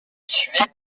tués